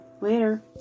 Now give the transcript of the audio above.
Later